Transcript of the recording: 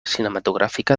cinematogràfica